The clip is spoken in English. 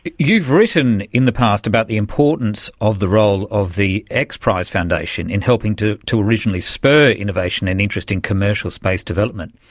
you've written in the past about the importance of the role of the x prize foundation in helping to to originally spur innovation and interest in commercial space development.